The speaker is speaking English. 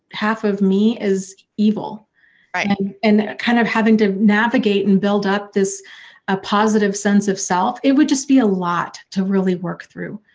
half of me is evil and and kind of having to navigate and build up this ah positive sense of self, it would just be a lot to really work through.